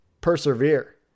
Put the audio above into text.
persevere